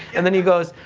and then he goes,